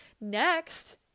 Next